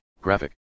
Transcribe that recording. graphic